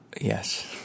Yes